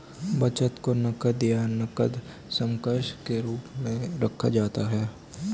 बचत को नकद या नकद समकक्ष के रूप में रखा जाता है